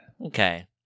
Okay